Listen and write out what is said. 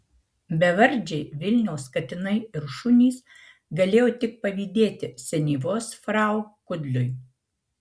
bevardžiai vilniaus katinai ir šunys galėjo tik pavydėti senyvos frau kudliui